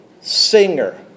singer